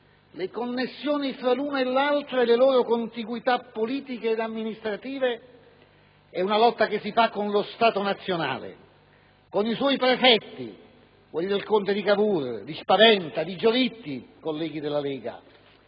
le connessioni tra l'una e l'altra e le loro contiguità politiche ed amministrative, è una lotta che si fa con lo Stato nazionale, con i suoi prefetti, quelli del conte di Cavour, di Spaventa, di Giolitti, colleghi della Lega;